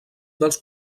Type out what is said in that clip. dels